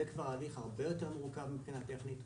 זה כבר הליך הרבה יותר מורכב מבחינה טכנית,